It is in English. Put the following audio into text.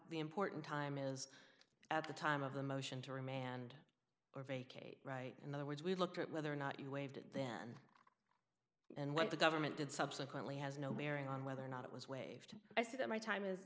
important time is at the time of the motion to remand or vacate right in other words we looked at whether or not you waived it then and what the government did subsequently has no bearing on whether or not it was waived i see that my time is